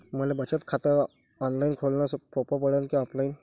मले बचत खात ऑनलाईन खोलन सोपं पडन की ऑफलाईन?